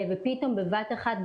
פתאום בבת אחת,